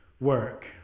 work